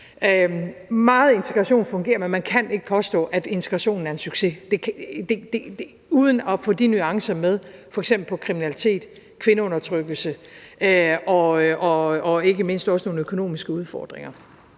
Meget integration fungerer, men man kan ikke påstå, at integrationen er en succes, uden at få nuancerne med, f.eks. med hensyn til kriminalitet og kvindeundertrykkelse og ikke mindst også med hensyn til, at der